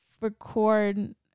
record